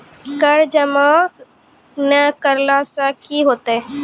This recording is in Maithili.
कर जमा नै करला से कि होतै?